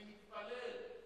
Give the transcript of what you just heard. אני מתפלל,